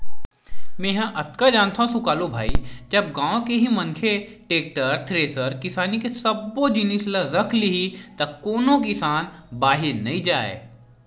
मेंहा अतका जानथव सुकालू भाई जब गाँव के ही मनखे टेक्टर, थेरेसर किसानी के सब्बो जिनिस ल रख लिही त कोनो किसान बाहिर नइ जाय